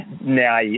now